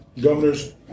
governor's